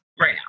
right